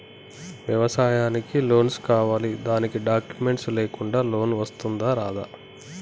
వ్యవసాయానికి లోన్స్ కావాలి దానికి డాక్యుమెంట్స్ లేకుండా లోన్ వస్తుందా రాదా?